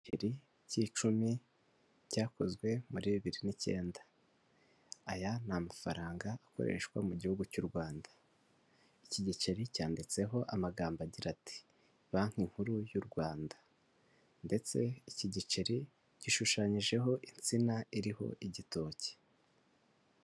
ibiceri cy'icumi cyakozwe muri bibiri n'icyenda aya ni amafaranga akoreshwa mu gihugu cy'u rwanda iki giceri cyanditseho amagambo agira ati banki nkuru y'u rwanda ndetse iki giceri gishushanyijeho insina iriho igitoki